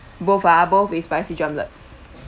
both ah both is spicy drumlets